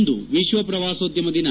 ಇಂದು ವಿಶ್ವ ಪ್ರವಾಸೋದ್ಯಮ ದಿನ